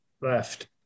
left